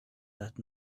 that